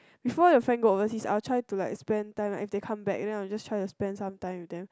before the friend go overseas I'll try to like spend time and they come back and then I'll just like try to spend some times with them